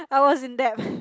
I was in debt